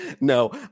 No